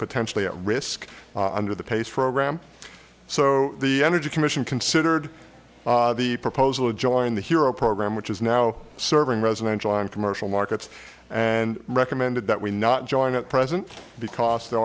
potentially at risk under the pace program so the energy commission considered the proposal to join the hero program which is now serving residential and commercial markets and recommended that we not join at present because there